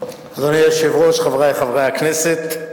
אדוני היושב-ראש, חברי חברי הכנסת,